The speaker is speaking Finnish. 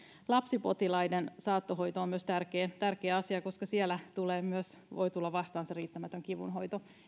lapsipotilaiden saattohoito on myös tärkeä tärkeä asia koska siellä voi myös tulla vastaan se riittämätön kivunhoito